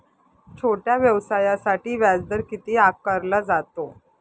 छोट्या व्यवसायासाठी व्याजदर किती आकारला जातो?